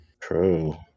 True